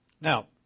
Now